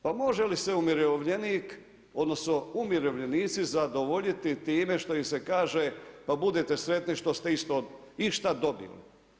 Pa može li se umirovljenika odnosno umirovljenici zadovoljiti time što im se kaže pa budite sretni što se išta dobili?